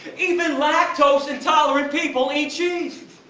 even lactose intolerant people eat cheese.